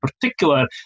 particular